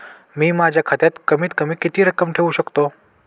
मी माझ्या खात्यात कमीत कमी किती रक्कम ठेऊ शकतो?